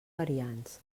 variants